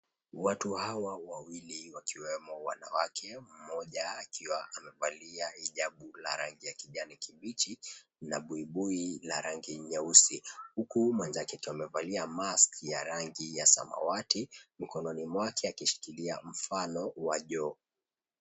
Watu hao wawili wakiwemo wanawake. Mmoja amevalia hijabu la rangi ya kijani kibichi na buibui la rangi nyeusi. Huku mwenzake tu amevalia mask ya rangi ya samawati, mkononi mwake akishikilia mfano wa joho.